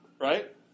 right